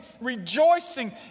rejoicing